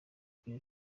kuri